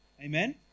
Amen